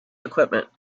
equipment